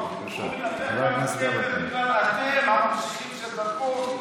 הוא מתהפך בקבר גם בגלל שאתם הממשיכים של דרכו,